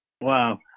Wow